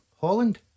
Holland